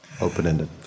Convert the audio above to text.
open-ended